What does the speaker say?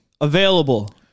Available